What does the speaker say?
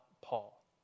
Paul